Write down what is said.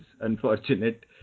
unfortunate